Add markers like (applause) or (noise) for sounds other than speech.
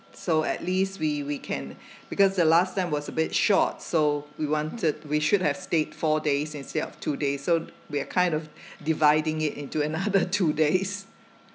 so at least we we can (breath) because the last time was a bit short so we wanted we should have stayed four days instead of two days so we're kind of (breath) dividing it into another two days